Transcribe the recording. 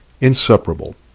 inseparable